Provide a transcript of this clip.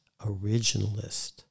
originalist